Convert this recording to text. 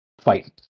fight